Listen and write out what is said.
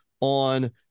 on